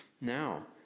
Now